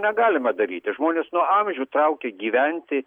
negalima daryti žmones nuo amžių traukia gyventi